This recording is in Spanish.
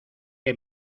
que